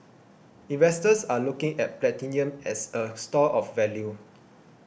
investors are looking at platinum as a store of value